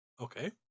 Okay